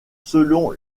selon